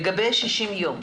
לגבי 60 הימים.